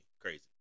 Crazy